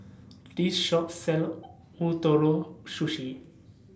This Shop sells Ootoro Sushi